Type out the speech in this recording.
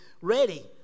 ready